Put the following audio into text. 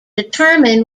determine